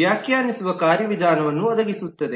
ವ್ಯಾಖ್ಯಾನಿಸುವ ಕಾರ್ಯವಿಧಾನವನ್ನು ಒದಗಿಸುತ್ತದೆ